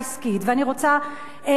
ואני רוצה לומר,